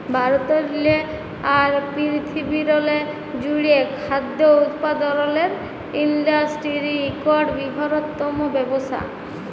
ভারতেরলে আর পিরথিবিরলে জ্যুড়ে খাদ্য উৎপাদলের ইন্ডাসটিরি ইকট বিরহত্তম ব্যবসা